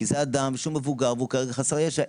כי זה אדם מבוגר והוא כרגע חסר ישע,